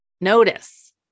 notice